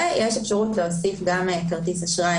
ויש אפשרות להוסיף גם כרטיס אשראי,